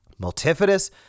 multifidus